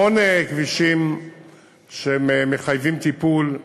המון כבישים שמחייבים טיפול,